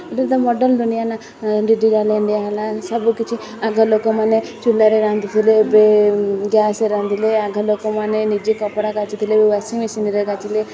ଏବେ ତ ମଡେଲ୍ ଦୁନିଆ ନା ଡିଜିଟାଲ୍ ଇଣ୍ଡିଆ ହେଲା ସବୁ କିଛି ଆଗ ଲୋକମାନେ ଚୁଲାରେ ରାନ୍ଧୁଥିଲେ ଏବେ ଗ୍ୟାସ୍ରେ ରାନ୍ଧିଲେ ଆଗ ଲୋକମାନେ ନିଜେ କପଡ଼ା